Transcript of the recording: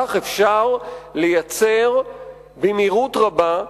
כך אפשר לייצר במהירות רבה,